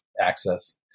access